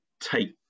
take